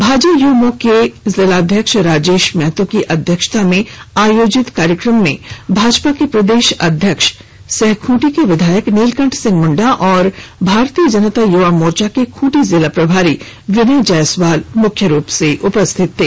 भाजयुमो के जिलाध्यक्ष राजेश महतो की अध्यक्षता में आयोजित कार्यक्रम में भाजपा के प्रदेश अध्यक्ष सह खूंटी के विधायक नीलकंठ सिंह मुंडा और भाजय्मो के खूंटी जिला प्रभारी विनय जायसवाल मुख्य रूप से उपस्थित हुए